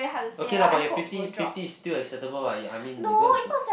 okay lah but your fifty fifty is still acceptable what I mean you don't have to